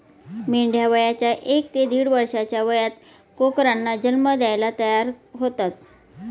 मेंढ्या वयाच्या एक ते दीड वर्षाच्या वयात कोकरांना जन्म द्यायला तयार होतात